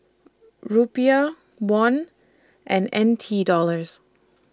Rupiah Won and N T Dollars